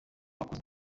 wakoze